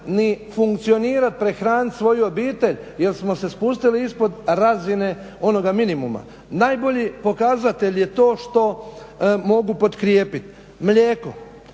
ni funkcionirati, prehraniti svoju obitelj jer smo se spustili ispod razine onoga minimuma. Najbolji pokazatelj je to što mogu potkrijepiti. Mlijeko.